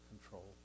control